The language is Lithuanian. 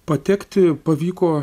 patekti pavyko